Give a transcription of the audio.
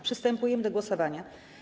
Przystępujemy do głosowania.